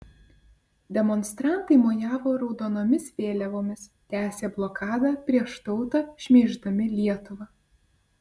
demonstrantai mojavo raudonomis vėliavomis tęsė blokadą prieš tautą šmeiždami lietuvą